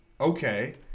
Okay